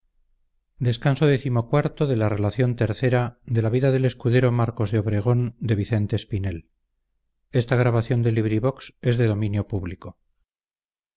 la donosa narración de las aventuras del escudero marcos de obregón